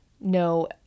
no